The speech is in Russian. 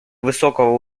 высокого